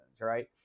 right